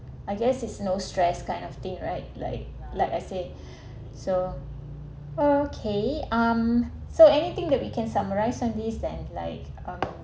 I guess is no stress kind of thing right like like I said so okay um so anything that we can summarize on this than like um